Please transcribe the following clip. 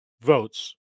votes